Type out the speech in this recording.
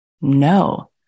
no